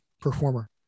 performer